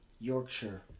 Yorkshire